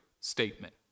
statement